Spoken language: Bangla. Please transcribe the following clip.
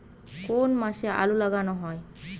কোন মাসে আলু লাগানো হয়?